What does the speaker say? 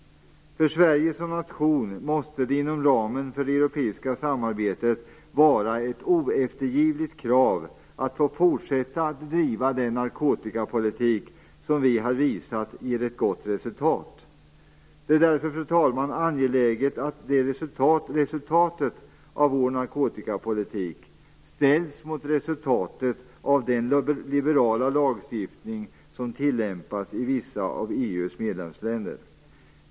För Sverige som nation måste det inom ramen för det europeiska samarbetet vara ett oeftergivligt krav att få fortsätta att driva den narkotikapolitik som, som vi har visat, ger ett gott resultat. Det är därför, fru talman, angeläget att resultatet av vår narkotikapolitik ställs mot resultatet av den liberala lagstiftning som tillämpas i vissa av EU:s medlemsländer.